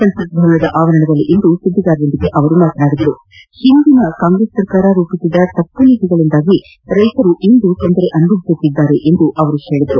ಸಂಸತ್ ಭವನದ ಆವರಣದಲ್ಲಿ ಇಂದು ಸುದ್ಲಿಗಾರರೊಂದಿಗೆ ಮಾತನಾಡಿದ ಅವರು ಹಿಂದಿನ ಕಾಂಗ್ರೆಸ್ ಸರ್ಕಾರ ರೂಪಿಸಿದ ತಪ್ಪು ನೀತಿಗಳಿಂದಾಗಿ ರೈತರು ಇಂದು ತೊಂದರೆ ಅನುಭವಿಸುತ್ತಿದ್ದಾರೆಂದು ಹೇಳಿದರು